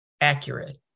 accurate